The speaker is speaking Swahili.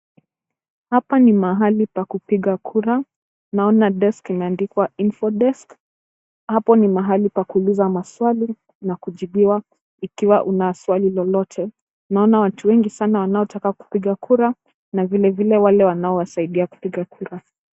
Hapa ni mahali pa kupiga kura. Naona deski imeandikwa InfoDesk. Hapo ni mahali pa kuuliza maswali na kujibiwa ikiwa una swali lolote. Naona watu wengi sana wanaotaka kupiga kura na vile vile wale wanaowasaidia kupiga kura.